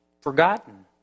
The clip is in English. forgotten